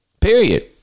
period